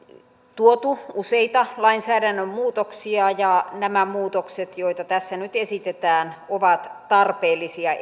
tuotu useita lainsäädännön muutoksia ja nämä muutokset joita tässä nyt esitetään ovat tarpeellisia